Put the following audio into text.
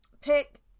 Pick